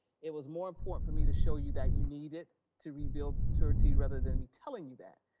it was more important for me to show you that you need it to rebuild turie t. rather than me telling you that.